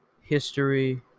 history